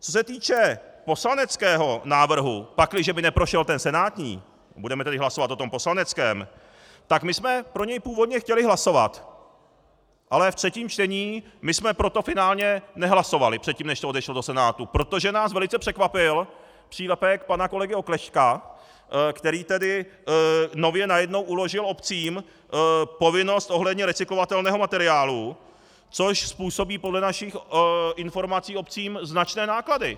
Co se týče poslaneckého návrhu, pakliže by neprošel ten senátní, budeme tedy hlasovat o tom poslaneckém, tak my jsme pro něj původně chtěli hlasovat, ale ve třetím čtení my jsme pro to finálně nehlasovali předtím, než to odešlo do Senátu, protože nás velice překvapil přílepek pana kolegy Oklešťka, který nově najednou uložil obcím povinnost ohledně recyklovatelného materiálu, což způsobí podle našich informací obcím značné náklady!